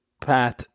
path